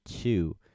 two